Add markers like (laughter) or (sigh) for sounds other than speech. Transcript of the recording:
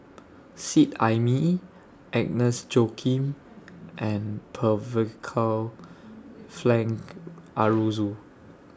Seet Ai Mee Agnes Joaquim and (unintelligible) Frank Aroozoo